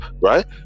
right